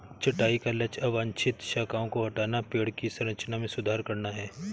छंटाई का लक्ष्य अवांछित शाखाओं को हटाना, पेड़ की संरचना में सुधार करना है